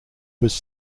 was